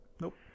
Nope